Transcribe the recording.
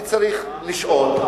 אני צריך לשאול.